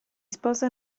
sposa